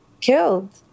killed